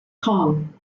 cong